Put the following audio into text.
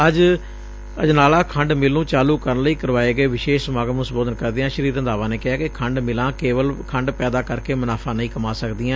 ਅੱਜ ਅਜਨਾਲਾ ਖੰਡ ਮਿਲ ਨੂੰ ਚਾਲੁ ਕਰਨ ਲਈ ਕਰਵਾਏ ਗਏ ਵਿਸ਼ੇਸ਼ ਸਮਾਗਮ ਨੂੰ ਸੰਬੋਧਨ ਕਰਦਿਆਂ ਸ੍ਰੀ ਰੰਧਾਵਾ ਨੇ ਕਿਹਾ ਕਿ ਖੰਡ ਮਿਲਾਂ ਕੇਵਲ ਖੰਡ ਪੈਦਾ ਕਰਕੇ ਮੁਨਾਫਾ ਨਹੀਂ ਕਮਾ ਸਕਦੀਆਂ